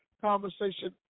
conversation